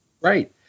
Right